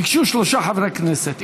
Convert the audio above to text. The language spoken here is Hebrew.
ביקשו שלושה חברי כנסת.